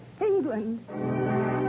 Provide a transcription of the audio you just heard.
England